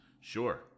Sure